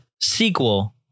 sequel